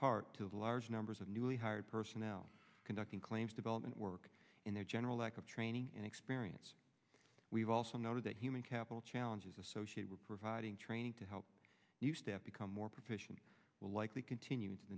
part to the large numbers of newly hired personnel conducting claims development work in their general lack of training and experience we've also noted that human capital challenges associated with providing training to help new staff become more proficient will likely continu